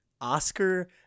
Oscar